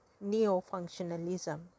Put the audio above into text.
neo-functionalism